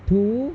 two